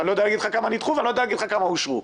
אני לא יודע כמה נדחו וכמה אושרו.